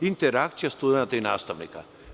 Interakcija studenata i nastavnika.